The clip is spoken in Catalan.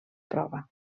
prova